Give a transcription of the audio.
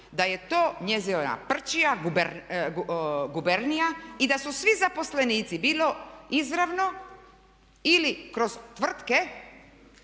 da je to njezina prćija, gubernija i da su svi zaposlenici bilo izravno ili kroz tvrtke